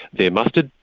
they're mustered,